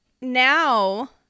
now